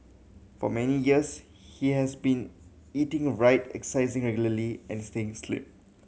for many years he has been eating right exercising regularly and staying slim